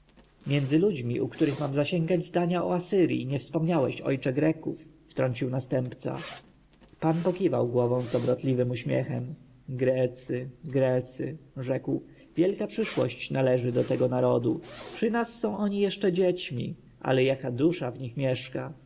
między ludźmi u których mam zasięgnąć zdania o asyrji nie wspomniałeś ojcze greków wtrącił następca pan pokiwał głową z dobrotliwym uśmiechem grecy grecy rzekł wielka przyszłość należy do tego narodu przy nas są oni jeszcze dziećmi ale jaka dusza w nich mieszka